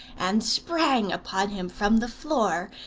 and sprang upon him from the floor,